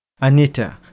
Anita